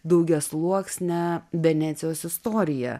daugiasluoksnę venecijos istoriją